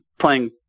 playing